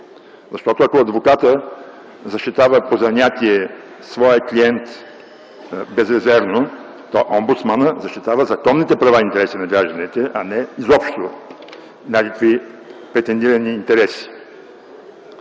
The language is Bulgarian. Защото, ако адвокатът защитава по занятие своя клиент безрезервно, то омбудсманът защитава законните права и интереси на гражданите, а не изобщо някакви претендирани интереси.